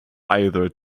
either